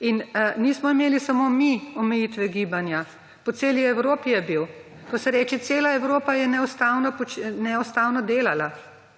In nismo imeli samo mi omejitve gibanja. Po celi Evropi je bil. To se reče, da cela Evropa je neustavno delala.